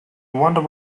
wonder